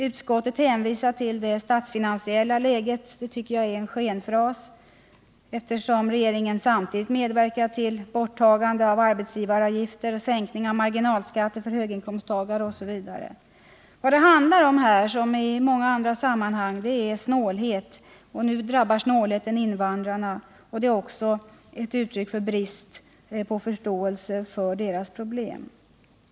Utskottet hänvisar också till det statsfinansiella läget, men det tycker jag är att använda en skenfras, eftersom regeringen samtidigt medverkar till sådana saker som borttagande av arbetsgivaravgifter, sänkning av marginalskatter för höginkomsttagare osv. Vad det handlar om här liksom i många andra sammanhang är snålhet. Nu drabbar alltså snålheten invandrarna, vilket också får ses som ett uttryck för brist på förståelse för deras problem.